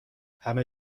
همه